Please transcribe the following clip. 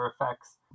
effects